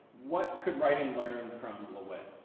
what could writing learn from lewitt?